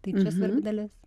tai čia svarbi dalis